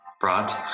brought